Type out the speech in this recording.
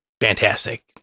fantastic